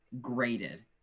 graded